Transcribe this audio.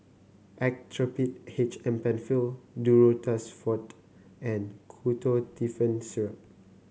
Actrapid H M Penfill Duro Tuss Forte and Ketotifen Syrup